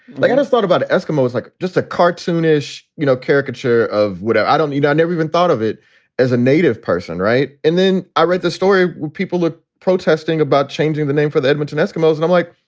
like i just thought about eskimos like just a cartoonish, you know, caricature of whatever. i don't know. you know, i never even thought of it as a native person. right. and then i read the story. people are protesting about changing the name for the edmonton eskimos. and i'm like,